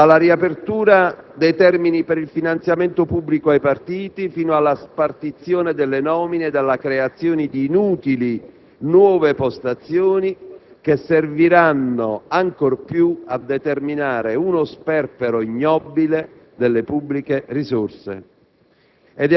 (dalla riapertura dei termini per il finanziamento pubblico ai partiti, fino alla spartizione delle nomine ed alla creazione di inutili, nuove postazioni che serviranno ancor più a determinare uno sperpero ignobile delle pubbliche risorse).